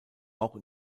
auch